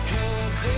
Cause